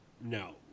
no